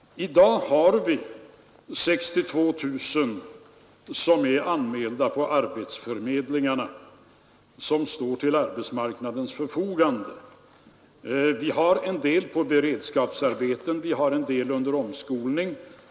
I dag är 62000 anmälda på arbetsförmedlingarna som står till arbetsmarknadens förfogande. En del andra är sysselsatta med beredskapsarbeten, en del är under omskolning.